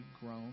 grown